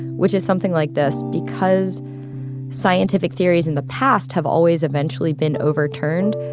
which is something like this because scientific theories in the past have always eventually been overturned,